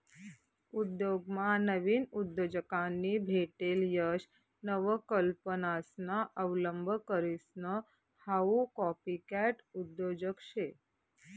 उद्योगमा नाविन उद्योजकांनी भेटेल यश नवकल्पनासना अवलंब करीसन हाऊ कॉपीकॅट उद्योजक शे